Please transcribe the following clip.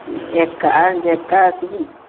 ଏକା ଏକା ଆସିବି